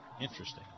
Interesting